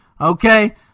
Okay